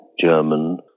German